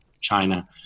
China